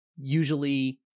usually